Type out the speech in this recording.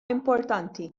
importanti